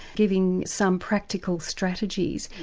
giving some practical strategies.